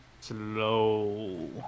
Slow